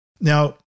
Now-